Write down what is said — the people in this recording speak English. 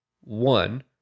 one